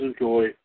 enjoy